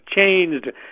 changed